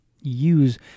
use